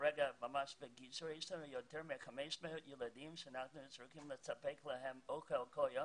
כרגע יש יותר מ-500 ילדים שאנחנו צריכים לספק להם אוכל כל יום,